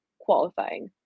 qualifying